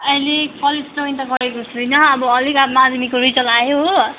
अहिले college join त गरेको छुइनँ अब अलिक अब माध्यमिकको रिजल्ट आयो हो